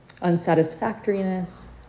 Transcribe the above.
unsatisfactoriness